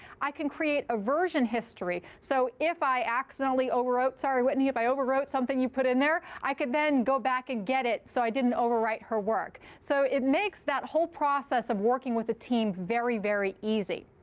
i can create a version history, so if i accidentally overwrote sorry, whitney. if i overwrote something you put in there, i could then go back and get it so i didn't overwrite her work. so it makes that whole process of working with the team very, very easy.